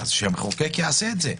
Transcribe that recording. אז שהמחוקק יעשה את זה,